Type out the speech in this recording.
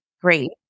great